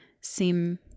seem